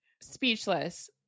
Speechless